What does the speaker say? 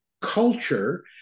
culture